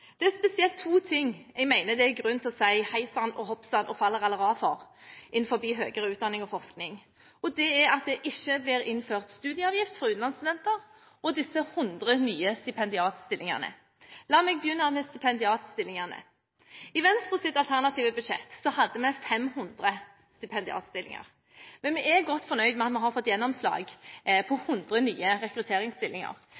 det er spesielt to ting jeg mener det er grunn til å si «heisann og hoppsann og fallerallera» for innenfor høyere utdanning og forskning, og det er at det ikke blir innført studieavgift for utenlandsstudenter og disse 100 nye stipendiatstillingene. La meg begynne med stipendiatstillingene. I Venstres alternative budsjett hadde vi 500 stipendiatstillinger, men vi er godt fornøyde med at vi har fått gjennomslag